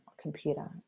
computer